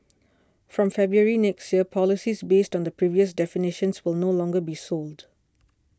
from February next year policies based on the previous definitions will no longer be sold